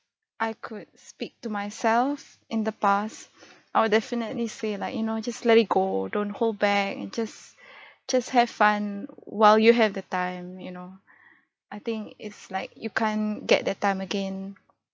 I could speak to myself in the past I would definitely say like you know just let it go don't hold back and just just have fun while you have the time you know I think it's like you can't get that time again